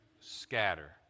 scatter